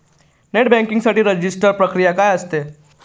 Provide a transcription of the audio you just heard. Net banking साठी register प्रक्रिया काय असते?